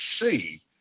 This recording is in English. see